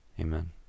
Amen